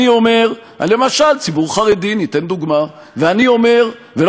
למשל, אתן דוגמה: ציבור חרדי.